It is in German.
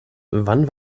wann